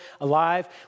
alive